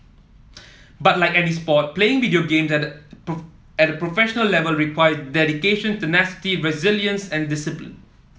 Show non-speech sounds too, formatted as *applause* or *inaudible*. but like any sport playing video games at the *unintelligible* at a professional level require dedication tenacity resilience and discipline